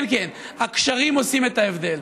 כן, כן, הקשרים עושים את ההבדל.